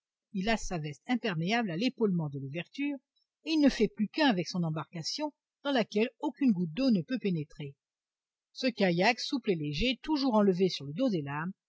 il lace sa veste imperméable à l'épaulement de l'ouverture et il ne fait plus qu'un avec son embarcation dans laquelle aucune goutte d'eau ne peut pénétrer ce kayak souple et léger toujours enlevé sur le dos des lames